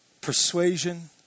persuasion